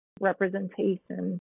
representation